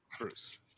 Bruce